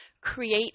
create